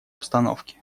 обстановке